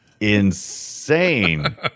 insane